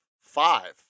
five